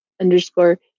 underscore